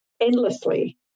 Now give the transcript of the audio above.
endlessly